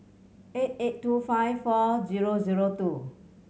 eight eight two five four zero zero two